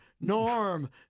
Norm